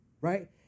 right